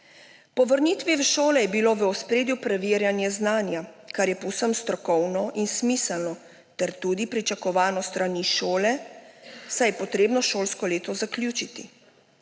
Po vrnitvi v šole je bilo v ospredju preverjanje znanja, kar je povsem strokovno in smiselno ter tudi pričakovano s strani šole, saj je potrebno šolsko leto zaključiti.